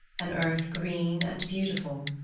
an earth green and beautiful.